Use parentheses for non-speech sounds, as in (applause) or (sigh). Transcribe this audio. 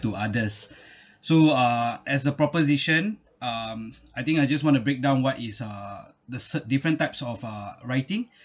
to others (breath) so uh as a proposition um I think I just want to break down what is uh the cert~ different types of uh writing